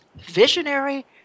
visionary